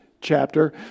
chapter